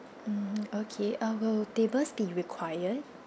mm okay uh will tables be required